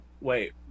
wait